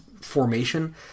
formation